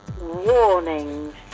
warnings